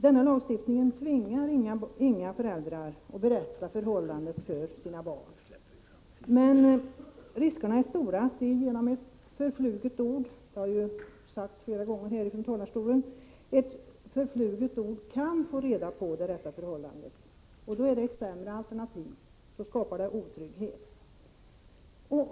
Denna lagstiftning tvingar inga föräldrar att berätta det rätta förhållandet för sina barn. Men det har sagts flera gånger härifrån talarstolen att riskerna är stora för att barnet genom ett förfluget ord kan få reda på det rätta förhållandet, och då är detta ett sämre alternativ, då skapar det otrygghet.